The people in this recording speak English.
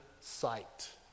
sight